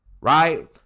right